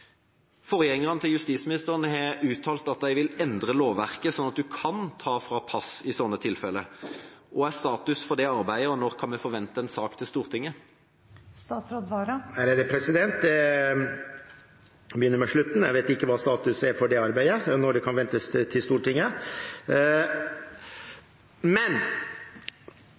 Forgjengerne til justisministeren har uttalt at de vil endre lovverket sånn at man kan fratas passet i sånne tilfeller. Hva er status for det arbeidet, og når kan vi forvente en sak til Stortinget? Jeg kan begynne med slutten: Jeg vet ikke hva status er for det arbeidet, når det kan ventes til Stortinget, og jeg kan heller ikke kommentere en enkeltsak, naturlig nok. Men